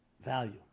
Value